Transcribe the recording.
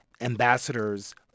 Ambassadors